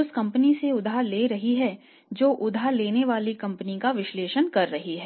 उस कंपनी से उधार ले रही है जो उधार लेने वाली कंपनी का विश्लेषण कर रही है